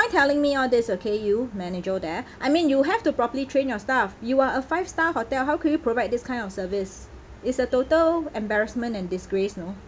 telling me all these okay you manager there I mean you have to properly train your staff you are a five star hotel how could you provide this kind of service it's a total embarrassment and disgrace you know